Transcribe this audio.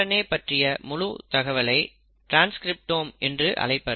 mRNA பற்றிய முழு தகவலை ட்ரான்ஸ்கிரிப்டோம் என்று அழைப்பர்